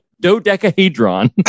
Dodecahedron